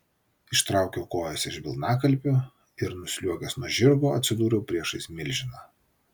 ištraukiau kojas iš balnakilpių ir nusliuogęs nuo žirgo atsidūriau priešais milžiną